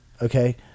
okay